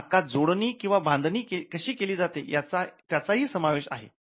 या हक्कात जोडणी किंवा बांधणी कशी केली जाते त्याचा हि समावेश आहे